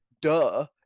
duh